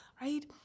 right